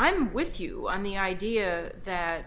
i'm with you on the idea that